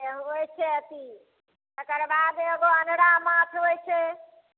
से होइ छै अथी तकर बाद एगो अन्हरा माछ होइ छै